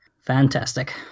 fantastic